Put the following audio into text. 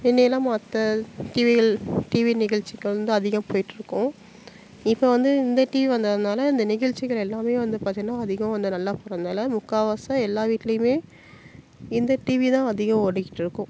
முன்னயெல்லாம் மற்ற டிவிகள் டிவி நிகழ்ச்சிகள் வந்து அதிகம் போயிட்டுருக்கும் இப்போ வந்து இந்த டிவி வந்ததுனால இந்த நிகழ்ச்சிகள் எல்லாமே வந்து பார்த்திங்கன்னா அதிகம் கொஞ்சம் நல்லா போகறனால முக்கால்வாச எல்லா வீட்டுலையுமே இந்த டிவி தான் அதிகம் ஓடிகிட்டுருக்கும்